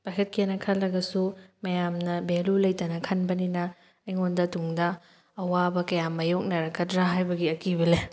ꯄꯥꯏꯈꯠꯀꯦꯅ ꯈꯜꯂꯒꯁꯨ ꯃꯌꯥꯝꯅ ꯚꯦꯂꯨ ꯂꯩꯇꯅ ꯈꯟꯕꯅꯤꯅ ꯑꯩꯉꯣꯟꯗ ꯇꯨꯡꯗ ꯑꯋꯥꯕ ꯀꯌꯥ ꯃꯥꯏꯌꯣꯛꯅꯔꯛꯀꯗ꯭ꯔꯥ ꯍꯥꯏꯕꯒꯤ ꯑꯀꯤꯕ ꯂꯩ